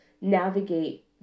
navigate